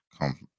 come